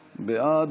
בעד,